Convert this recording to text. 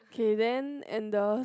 K then and the